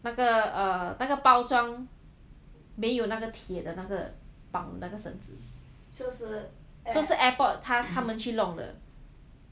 那个 err 那个包装没有那个铁的那个绑那个绳子 so 是 airport 他他们去弄的